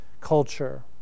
culture